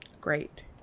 Great